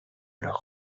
leur